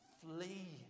flee